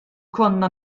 konna